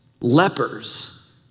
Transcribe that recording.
lepers